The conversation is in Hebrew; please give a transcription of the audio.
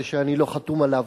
זה שאני לא חתום עליו.